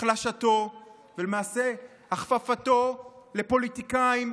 החלשתו ולמעשה הכפפתו לפוליטיקאים,